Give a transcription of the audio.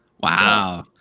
Wow